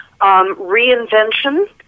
reinvention